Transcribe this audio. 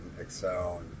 Excel